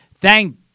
Thank